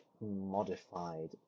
modified